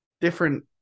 different